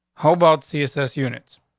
how about css units?